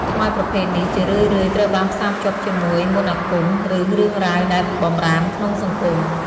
ខ្មោចប្រភេទនេះជារឿយៗត្រូវបានផ្សារភ្ជាប់ជាមួយ មន្តអាគម ឬរឿងរ៉ាវដែលបម្រាមក្នុងសង្គម។